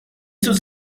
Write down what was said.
sus